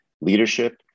leadership